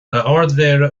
ardmhéara